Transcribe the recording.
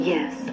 Yes